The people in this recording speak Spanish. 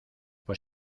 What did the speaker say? pues